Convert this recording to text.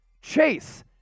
Chase